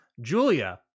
Julia